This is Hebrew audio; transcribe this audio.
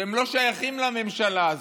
שהם לא שייכים לממשלה הזאת.